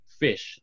fish